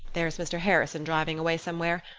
there's mr. harrison driving away somewhere.